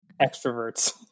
Extroverts